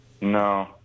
No